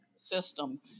System